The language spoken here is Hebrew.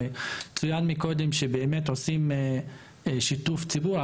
הרי צוין מקודם שבאמת עושים שיתוף ציבור,